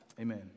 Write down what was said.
Amen